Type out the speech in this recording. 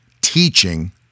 teaching